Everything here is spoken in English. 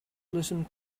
listen